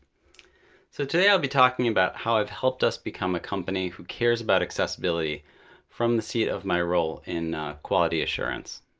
so today i'll be talking about how i've helped us become a company who cares about accessibility from the seat of my role in quality assurance.